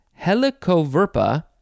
Helicoverpa